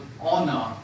honor